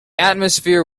atmosphere